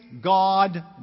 God